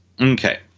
Okay